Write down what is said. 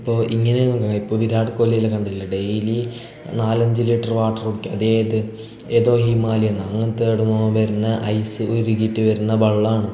ഇപ്പോൾ ഇങ്ങനെയൊന്നുവ ഇപ്പോൾ വിരാട് കൊഹ്ലിയെല്ലം കണ്ടില്ലേ ഡേയിലി നാല് അഞ്ച് ലിറ്ററ് വാട്ടർ കുടിക്കും അതേത് ഏതോ ഹിമാലയെന്നാണ് അങ്ങനത്തെ ഏവിടെന്നോ വരുന്ന ഐസ്സ് ഉരുക്കിയിട്ട് വരുന്ന വെള്ളമാണ്